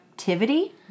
activity